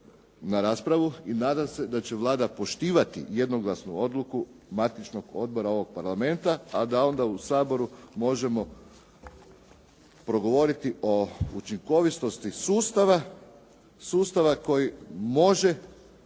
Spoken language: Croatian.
na raspravu i nadam se da će Vlada poštivati jednoglasnu odluku matičnog odbora ovog Parlamenta, a da onda u Saboru možemo progovoriti o učinkovitosti sustava, sustava koji može